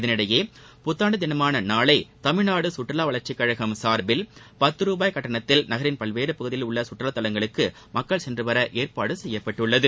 இதனிடையே புத்தாண்டு தினமான நாளை மறுதினம் தமிழ்நாடு சுற்றுவா வளர்ச்சிக் கழகம் சார்பில் பத்து ரூபாய் கட்டணத்தில் நகரின் பல்வேறு பகுதிகளில் உள்ள கற்றுலாத் தவங்களுக்கு மக்கள் சென்றுவர ஏற்பாடு செய்யப்பட்டுள்ளது